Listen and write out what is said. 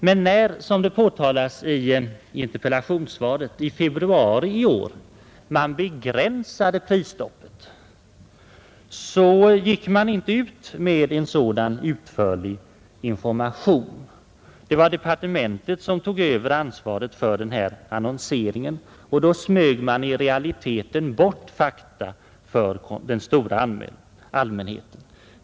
Men när man i februari i år begränsade prisstoppet gick man inte ut med en sådan utförlig information. Det var departementet som tog över ansvaret för annonseringen, och då smög man i realiteten bort fakta för den stora allmänheten.